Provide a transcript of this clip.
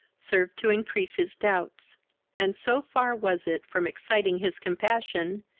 served to increase his doubts and, so far was it from exciting his compassion,